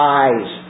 eyes